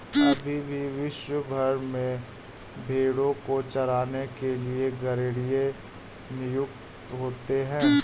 अभी भी विश्व भर में भेंड़ों को चराने के लिए गरेड़िए नियुक्त होते हैं